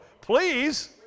please